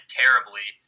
terribly